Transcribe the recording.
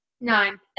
Nine